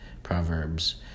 Proverbs